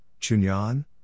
Chunyan